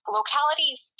Localities